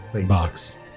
box